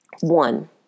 one